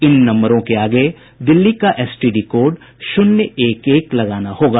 इन नंबरों के आगे दिल्ली का एसटीडी कोड शून्य एक एक लगाना होंगा